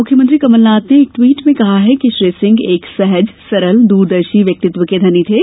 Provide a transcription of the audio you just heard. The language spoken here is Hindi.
मुख्यमंत्री कमलनाथ ने एक ट्वीट में कहा कि श्री सिंह एक सहज सरल द्रदर्शी व्यक्तित्व के धनी थे